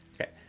Okay